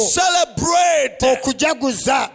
celebrate